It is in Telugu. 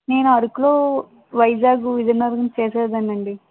నేను అరకులో వైజాగు విజయనగరం చేసేదాన్ని అండి